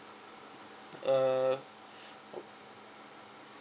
uh